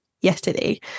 yesterday